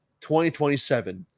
2027